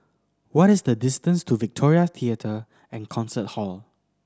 what is the distance to Victoria Theatre and Concert Hall